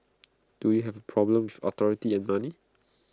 do you have A problem with authority and money